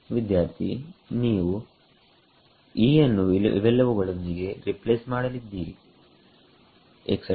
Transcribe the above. ವಿದ್ಯಾರ್ಥಿನೀವು E ಯನ್ನು ಇವೆಲ್ಲವುಗಳೊಂದಿಗೆ replace ಮಾಡಲಿದ್ದೀರಿ etc